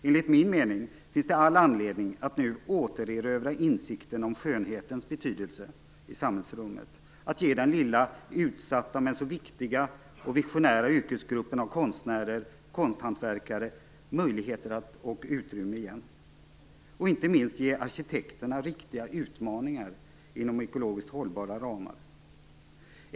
Enligt min mening finns det all anledning att nu återerövra insikten om skönhetens betydelse i samhällsrummet, att ge den lilla utsatta, men så viktiga och visionära yrkesgruppen av konstnärer och konsthantverkare möjligheter och utrymme igen. Och inte minst ge arkitekterna riktiga utmaningar inom ekologiskt hållbara ramar.